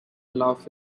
loaf